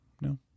No